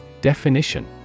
Definition